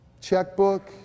Checkbook